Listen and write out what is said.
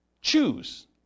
choose